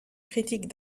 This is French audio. critique